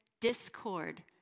discord